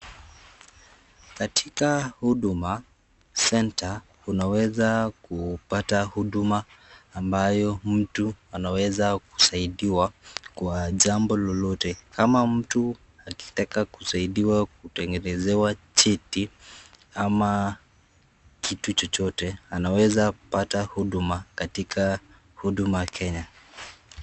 Katika huduma center unaeza kupata huduma ambayo mtu anaweza kusaidiwa kwa jambo lolote kama mtu akitaka kusaidiwa kutengenezewa cheti ama kitu chochote anaweza kupata huduma katika huduma Kenya